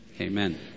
Amen